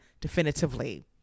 definitively